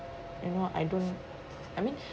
you know I don't I mean